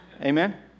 Amen